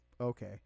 okay